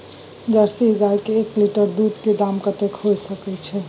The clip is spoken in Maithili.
जर्सी गाय के एक लीटर दूध के दाम कतेक होय सके छै?